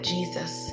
Jesus